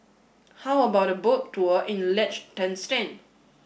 how about a boat tour in Liechtenstein